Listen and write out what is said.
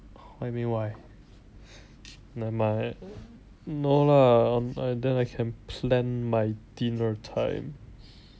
what you mean why never mind no lah then I can plan my dinner time